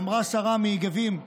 אמרה השרה מגבים,